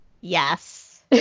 Yes